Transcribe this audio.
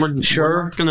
Sure